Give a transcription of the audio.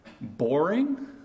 boring